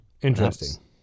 Interesting